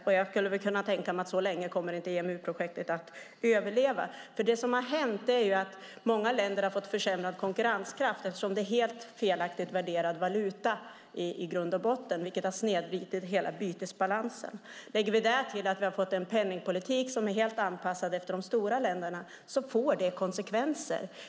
Och jag skulle kunna tänka mig att så länge kommer inte EMU-projektet att överleva, därför att det som har hänt är att många länder har fått försämrad konkurrenskraft eftersom det är en helt felaktigt värderad valuta i grund och botten, vilket har snedvridit hela bytesbalansen. Lägger vi därtill att vi har fått en penningpolitik som är helt anpassad efter de stora länderna får det konsekvenser.